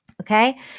Okay